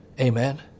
Amen